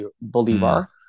Bolivar